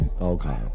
Okay